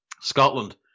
Scotland